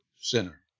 sinner